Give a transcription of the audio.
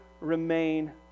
remain